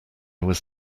was